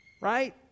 right